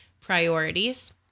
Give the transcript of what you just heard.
priorities